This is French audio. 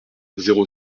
zéro